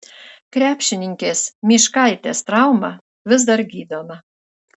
krepšininkės myškaitės trauma vis dar gydoma